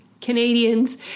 Canadians